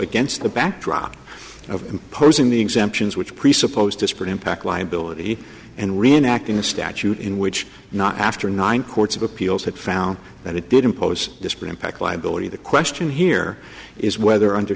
against the backdrop of imposing the exemptions which presupposed disparate impact liability and reenacting a statute in which not after nine courts of appeals had found that it did impose disparate impact liability the question here is whether under